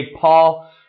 Paul